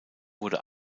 wurde